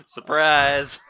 Surprise